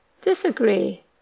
disagree